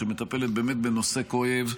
שמטפלת באמת בנושא כואב,